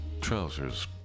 Trousers